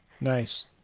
Nice